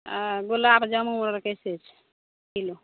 आ गुलाब जामुन आर कैसे छै किलो